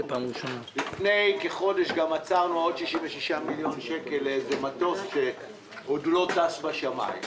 לפני כחודש גם עצרנו עוד 66 מיליון שקל לאיזה מטוס שעוד לא טס בשמיים.